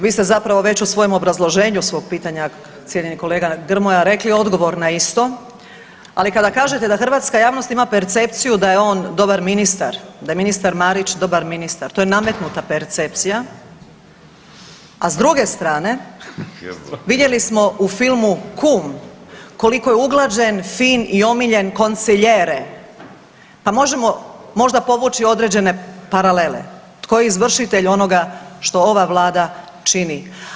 Vi ste zapravo već u svojem obrazloženju svog pitanja cijenjeni kolega Grmoja rekli odgovor na isto, ali kada kažete da hrvatska javnost ima percepciju da je on dobar ministar, da je ministar Marić dobar ministar, to je nametnuta percepcija, a s druge strane vidjeli smo u filmu Kum koliko je uglađen, fin i omiljen konsiljere, pa možemo možda povući određene paralele, tko je izvršitelj onoga što ova vlada čini.